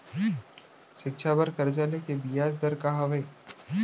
शिक्षा बर कर्जा ले के बियाज दर का हवे?